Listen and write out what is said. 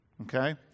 Okay